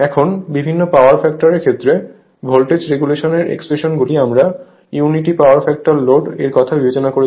এখন বিভিন্ন power factor এর ক্ষেত্রে ভোল্টেজ রেগুলেশন এর এক্সপ্রেশন গুলি আমরা ইউনিটি পাওয়ার ফ্যাক্টর লোড এর কথা বিবেচনা করছি